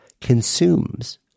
consumes